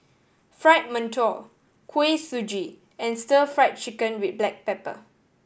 Fried Mantou Kuih Suji and Stir Fried Chicken with black pepper